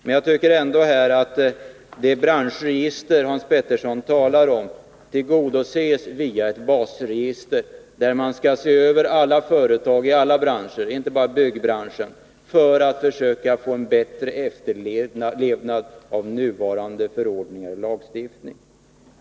Men jag tycker ändå att det önskemål om branschregister Hans Pettersson talar om tillgodoses via ett basregister, som innebär att man kan se på alla företag i alla branscher, inte bara byggbranschen, för att försöka få bättre efterlevnad av nuvarande förordningar och lagstiftning.